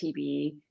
TV